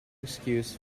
excuse